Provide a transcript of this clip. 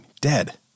dead